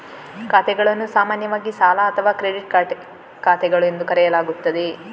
ಖಾತೆಗಳನ್ನು ಸಾಮಾನ್ಯವಾಗಿ ಸಾಲ ಅಥವಾ ಕ್ರೆಡಿಟ್ ಖಾತೆಗಳು ಎಂದು ಕರೆಯಲಾಗುತ್ತದೆ